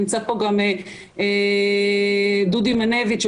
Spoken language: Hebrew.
נמצא כאן דודי מנביץ,